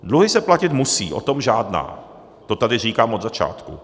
Dluhy se platit musí, o tom žádná, to tady říkám od začátku.